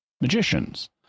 magicians